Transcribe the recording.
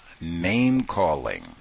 name-calling